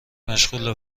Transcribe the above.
مشغوله